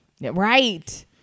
Right